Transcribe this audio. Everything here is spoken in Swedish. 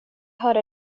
hörde